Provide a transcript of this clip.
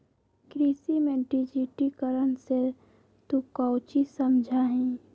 कृषि में डिजिटिकरण से तू काउची समझा हीं?